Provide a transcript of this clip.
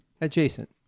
Adjacent